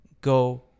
go